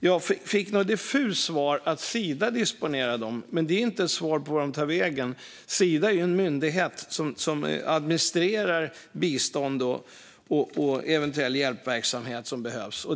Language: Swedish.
Jag fick ett diffust svar om att Sida disponerar dem, men det är inget svar på vart de tar vägen. Sida är en myndighet som administrerar bistånd och hjälpverksamhet.